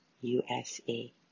USA